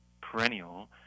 perennial